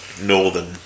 northern